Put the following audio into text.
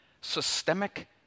systemic